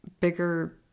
bigger